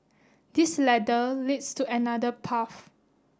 this ladder leads to another path